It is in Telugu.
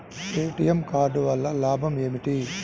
ఏ.టీ.ఎం కార్డు వల్ల లాభం ఏమిటి?